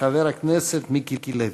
חבר הכנסת מיקי לוי.